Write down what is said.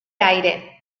aire